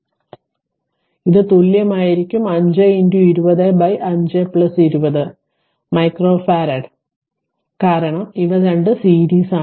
അതിനാൽ ഇത് തുല്യമായിരിക്കും 5 20 5 20 മൈക്രോഫറാഡിലാണ് കാരണം ഇവ 2 സീരീസ് ആണ്